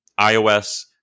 iOS